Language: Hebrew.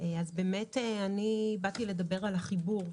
באתי לדבר על החיבור,